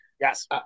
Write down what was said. Yes